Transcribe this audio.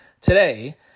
today